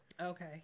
Okay